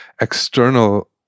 external